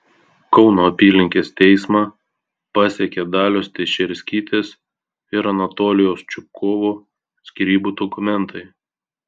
kauno apylinkės teismą pasiekė dalios teišerskytės ir anatolijaus čupkovo skyrybų dokumentai